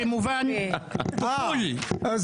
למשוך --- כל כך עצוב.